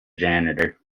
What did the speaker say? janitor